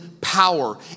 power